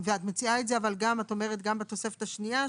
ואת מציעה את זה אבל גם את אומרת גם בתוספת השנייה,